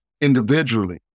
individually